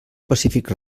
pacífic